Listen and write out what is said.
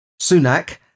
Sunak